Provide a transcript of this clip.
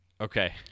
Okay